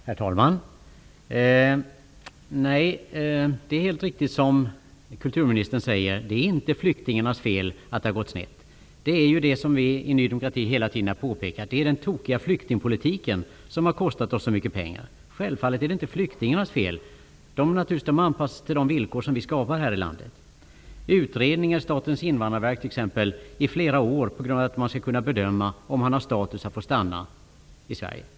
Herr talman! Det är helt riktigt som kulturministern säger. Det är inte flyktingarnas fel att det har gått snett. Det är den tokiga flyktingpolitiken som har kostat oss så mycket pengar, vilket vi i Ny demokrati hela tiden har påpekat. Självfallet är det inte flyktingarnas fel. De anpassar sig naturligtvis till de villkor som vi skapar här i landet. Statens invandrarverk gör t.ex. utredningar i flera år för att kunna bedöma om flyktingarna har den statusen att de kan få stanna i Sverige.